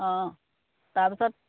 অঁ তাৰ পিছত